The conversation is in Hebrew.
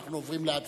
אנחנו עוברים להצבעה.